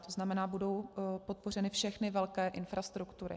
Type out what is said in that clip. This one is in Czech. To znamená, budou podpořeny všechny velké infrastruktury.